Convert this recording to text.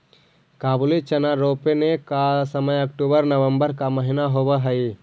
काबुली चना रोपने का समय अक्टूबर नवंबर का महीना होवअ हई